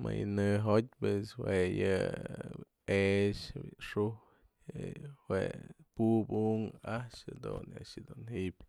Më yë nëjo'otpë jue yë e'ex, bi'i xu'ujtë, yë jue pup unkë a'ax jadun a'ax dun ji'ip